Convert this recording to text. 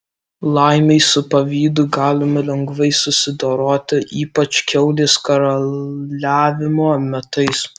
laimei su pavydu galima lengvai susidoroti ypač kiaulės karaliavimo metais